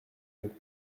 deux